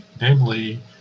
namely